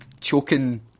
choking